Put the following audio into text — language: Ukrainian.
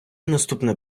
наступне